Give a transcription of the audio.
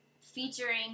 featuring